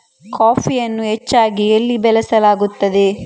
ಕಾಫಿಯನ್ನು ಹೆಚ್ಚಾಗಿ ಎಲ್ಲಿ ಬೆಳಸಲಾಗುತ್ತದೆ?